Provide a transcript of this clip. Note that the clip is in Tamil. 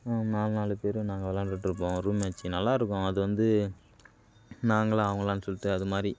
நால் நாலு பேரும் நாங்கள் விளையாண்டுட்டு இருப்போம் ரூம் மேட்ச் நல்லாருக்கும் அது வந்து நாங்களாம் அவங்களா சொல்ட்டு அது மாதிரி